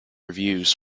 reviews